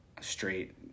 straight